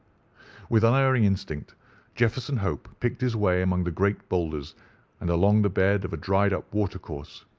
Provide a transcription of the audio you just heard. with unerring instinct jefferson hope picked his way among the great boulders and along the bed of a dried-up watercourse,